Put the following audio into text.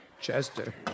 Chester